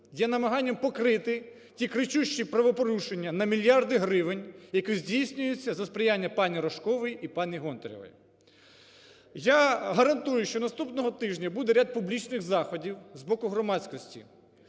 є намаганням покрити ті кричущі правопорушення на мільярди гривень, які здійснюються за сприяння пані Рожкової і пані Гонтаревої. Я гарантую, що наступного тижня буде ряд публічних заходів з боку громадськості,